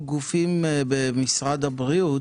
לקופות החולים על ביצוע חיסונים ובדיקות,